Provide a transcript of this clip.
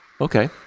Okay